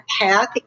path